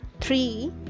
three